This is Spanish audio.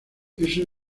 ese